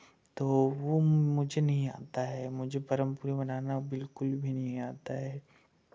तो वो मुझे नहीं आता है मुझे परम पूड़ी बनाना बिलकुल भी नहीं आता है